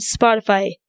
Spotify